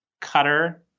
cutter